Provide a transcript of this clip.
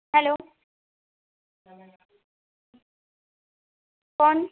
hello कौन